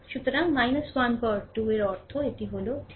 সুতরাং 1 পোর 2 এর অর্থ এটি হল ঠিক